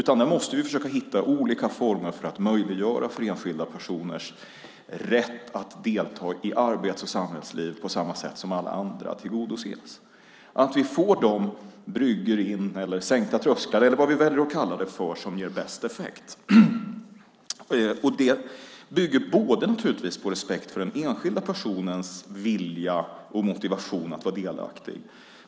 Vi måste hitta olika former för att tillgodose enskilda personers rätt att delta i arbets och samhällsliv på samma sätt som alla andra och att vi får de bryggor eller sänkta trösklar som ger bäst effekt. Det bygger på respekt för den enskilda personens vilja och motivation att vara delaktig.